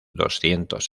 doscientos